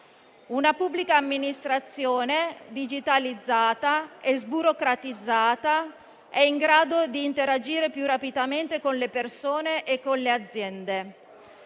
una pubblica amministrazione digitalizzata e sburocratizzata è in grado di interagire più rapidamente con le persone e le aziende.